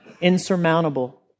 insurmountable